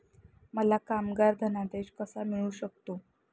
मला कामगार धनादेश कसा मिळू शकतो?